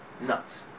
nuts